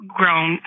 grown